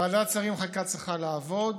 ועדת שרים לחקיקה צריכה לעבוד,